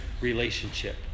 relationship